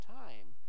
time